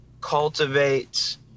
cultivates